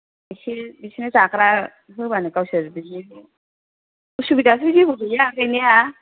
एसे बिसोर जाग्रा होबानो गावसोर बिदि उसुबिदाथ' जेबो गैया गैनाया